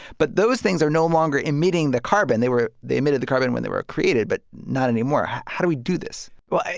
but those things are no longer emitting the carbon. they were they emitted the carbon when they were created, but not anymore. how do we do this? well,